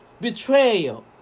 Betrayal